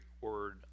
word